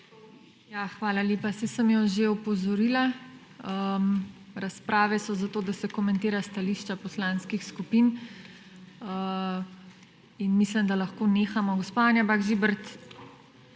hvala lepa. Saj sem jo že opozorila. Razprave so zato, da se komentira stališča poslanskih skupin in mislim, da lahko nehamo. Gospa Anja Bah Žibert,